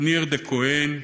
ניר דה-כהן,